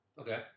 okay